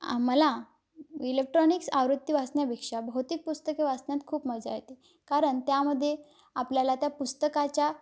आ मला इलेक्ट्रॉनिक्स आवृत्ती वाचण्यापेक्षा भौतिक पुस्तके वाचण्यात खूप मजा येते कारण त्यामध्ये आपल्याला त्या पुस्तकाच्या